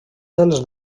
dels